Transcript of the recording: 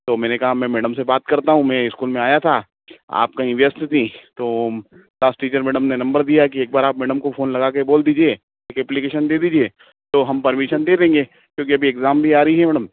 तो मैंने कहा मैं मैडम से बात करता हूँ मैं स्कूल में आया था आप कहीं व्यस्त थीं तो क्लास टीचर मैडम ने नंबर दिया कि एक बार आप मैडम को फ़ोन लगाकर बोल दीजिए एक एप्लीकेशन दे दीजिए तो हम परमिशन दे देंगें क्योंकि अभी एग्जाम भी आ रही है मैडम